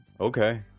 okay